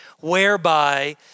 whereby